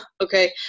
Okay